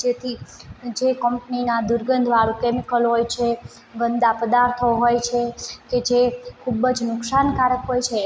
જેથી જે કંપનીના દુર્ગંધવાળું કેમિકલ હોય છે ગંદા પદાર્થો હોય છે કે જે ખૂબ જ નુકસાનકારક હોય છે